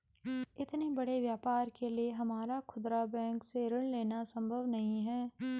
इतने बड़े व्यापार के लिए हमारा खुदरा बैंक से ऋण लेना सम्भव नहीं है